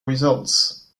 results